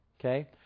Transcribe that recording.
okay